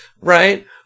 right